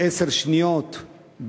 בעשר שניות,